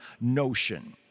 notion